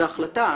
זו החלטה.